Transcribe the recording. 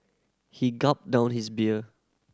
he gulped down his beer